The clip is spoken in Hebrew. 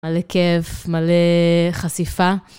מלא כאב, מלא חשיפה.